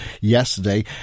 yesterday